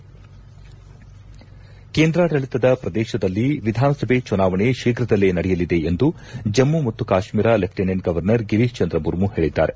head ಕೇಂದ್ರಾಡಳಿತದ ಪ್ರದೇಶದಲ್ಲಿ ವಿಧಾನಸಭೆ ಚುನಾವಣೆ ಶೀಘದಲ್ಲೇ ನಡೆಯಲಿದೆ ಎಂದು ಜಮ್ಮ ಮತ್ತು ಕಾಶ್ಮೀರ ಲೆಫ್ಟಿನೆಂಟ್ ಗವರ್ನರ್ ಗಿರೀಶ್ ಚಂದ್ರ ಮುರ್ಮು ಹೇಳಿದ್ದಾರೆ